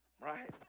right